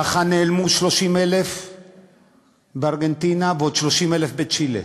ככה נעלמו 30,000 בארגנטינה ועוד 30,000 בצ'ילה.